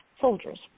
soldiers